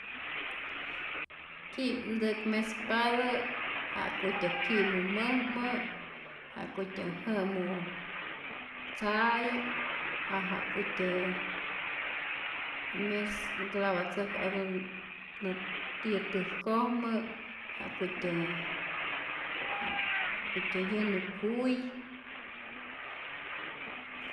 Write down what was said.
Ki'mtäk mespatä ja'kutyä ki'mu mäjmä, ja'kutyä jä'mu tzay, o ja'kutyä mes nclavatzäjku algun nä tiyä täjkojmä, ja'kutyä ja'kutyä yänu kuy.